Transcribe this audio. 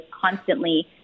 constantly